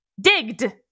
digged